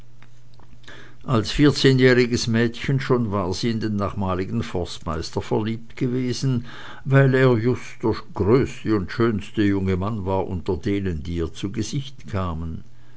als vierzehnjähriges mädchen schon war sie in den nachmaligen forstmeister verliebt gewesen weil er just der größte und schönste junge mann war unter denen die ihr zu gesicht kamen